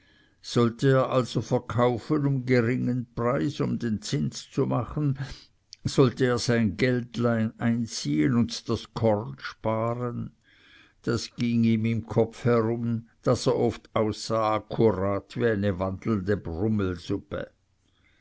sollte er also verkaufen um geringen preis um den zins zu machen sollte er sein geldlein einziehen und das korn sparen das ging ihm im kopfe herum daß er oft aussah akkurat wie eine